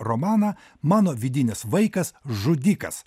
romaną mano vidinis vaikas žudikas